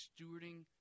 stewarding